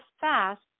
fast